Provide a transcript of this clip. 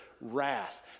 wrath